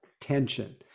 tension